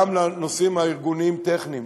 וגם לנושאים הארגוניים-טכניים.